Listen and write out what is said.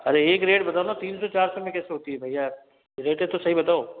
अरे एक रेट बताओ न तीन सौ चार सौ में कैसे होती ही भईया रेटें तो सही बताओ